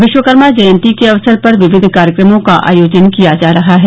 विश्वकर्मा जयन्ती के अवसर पर विविध कार्यक्रमों का आयोजन किया जा रहा है